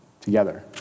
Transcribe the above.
together